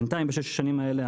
בינתיים בשש השנים האלה,